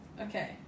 Okay